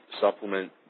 supplement